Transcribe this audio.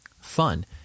fun